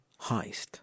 Heist